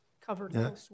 covered